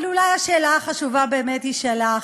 אבל אולי השאלה החשובה באמת היא שאלה אחרת,